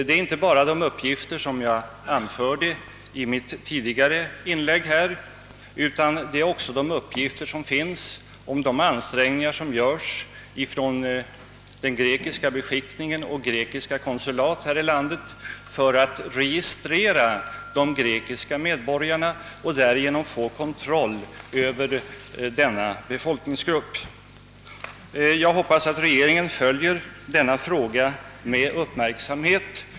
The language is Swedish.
Det är inte bara de uppgifter, som jag anförde i mitt tidigare inlägg, utan också uppgifter om de ansträngningar som görs av den grekiska beskickningen och grekiska konsulat här i landet för att registrera de grekiska medborgarna och därigenom få kontroll över denna befolkningsgrupp. Jag hoppas att regeringen följer frågan med uppmärksamhet.